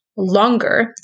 Longer